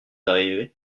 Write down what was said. arrivé